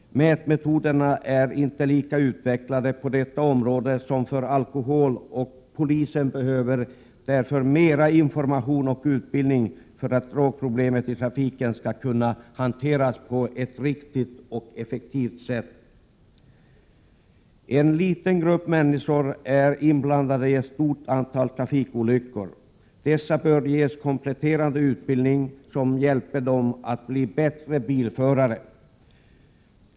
Mätmetoderna är inte lika utvecklade på detta område som för alkohol, och polisen behöver mera information och utbildning för att drogproblemet i trafiken skall kunna hanteras på ett riktigt och effektivt sätt. En liten grupp människor är inblandade i ett stort antal trafikolyckor. Dessa personer bör ges kompletterande utbildning som hjälper dem att bli bättre bilförare.